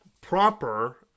proper